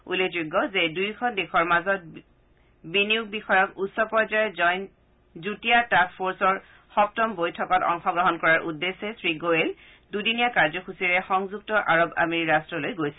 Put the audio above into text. উল্লেখযোগ্য যে দুয়োখন দেশৰ মাজত বিনিয়োগ বিষয়ক উচ্চ পৰ্যায়ৰ যুটীয়া টাস্থ ফৰ্ছৰ সপ্তম বৈঠকত অংশগ্ৰহণ কৰাৰ উদ্দেশ্যে শ্ৰী গোৱেল দুদিনীয়া কাৰ্যসূচীৰে সংযুক্ত আৰব আমিৰি ৰট্টলৈ গৈছিল